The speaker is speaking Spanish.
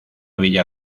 villa